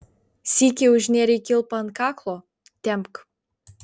sykį užnėrei kilpą ant kaklo tempk